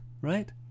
right